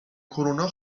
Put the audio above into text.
کرونا